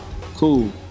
cool